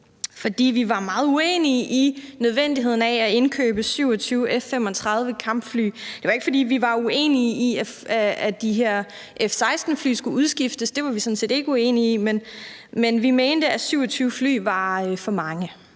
fordi vi var meget uenige i nødvendigheden af at indkøbe 27 F-35-kampfly. Det var ikke, fordi vi var uenige i, at de her F-16-fly skulle udskiftes – det var vi sådan set ikke uenige i – men vi mente, at 27 fly var for mange.